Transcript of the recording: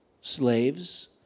slaves